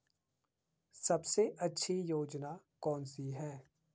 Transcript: सबसे अच्छी योजना कोनसी है?